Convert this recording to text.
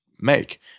make